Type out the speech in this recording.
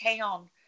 town